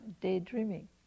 daydreaming